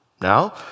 Now